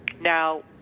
Now